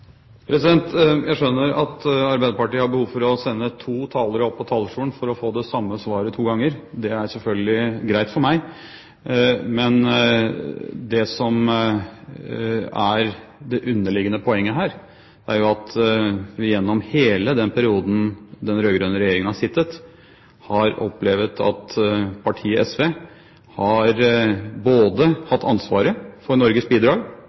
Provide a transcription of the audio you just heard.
Jeg skjønner at Arbeiderpartiet har behov for å sende to talere opp på talerstolen for å få det samme svaret to ganger. Det er selvfølgelig greit for meg. Men det som er det underliggende poenget, er at vi gjennom hele den perioden den rød-grønne regjeringen har sittet, har opplevd at partiet SV har både hatt ansvaret for Norges bidrag,